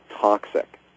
toxic